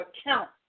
account